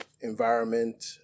environment